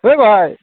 ओय भाइ